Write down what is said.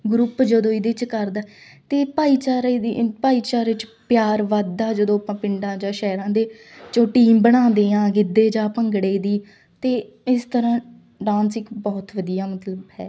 group ਜਦੋਂ ਇਹਦੇ 'ਚ ਕਰਦਾ ਅਤੇ ਭਾਈਚਾਰੇ ਦੀ ਭਾਈਚਾਰੇ 'ਚ ਪਿਆਰ ਵੱਧਦਾ ਜਦੋਂ ਆਪਾਂ ਪਿੰਡਾਂ ਜਾਂ ਸ਼ਹਿਰਾਂ ਦੇ ਜੋ ਟੀਮ ਬਣਾਉਂਦੇ ਹਾਂ ਗਿੱਧੇ ਜਾਂ ਭੰਗੜੇ ਦੀ ਅਤੇ ਇਸ ਤਰ੍ਹਾਂ ਡਾਂਸ ਇੱਕ ਬਹੁਤ ਵਧੀਆ ਮਤਲਬ ਹੈ